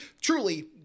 truly